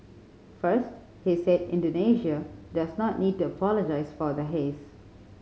first he said Indonesia does not need to apologise for the haze